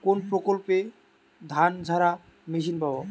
কোনপ্রকল্পে ধানঝাড়া মেশিন পাব?